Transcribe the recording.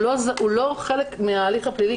הוא לא חלק מההליך הפלילי,